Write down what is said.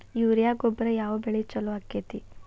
Urea ಗೊಬ್ಬರ ಯಾವ ಬೆಳಿಗೆ ಛಲೋ ಆಕ್ಕೆತಿ?